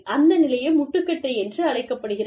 அந்த நிலையே முட்டுக்கட்டை என்று அழைக்கப்படுகிறது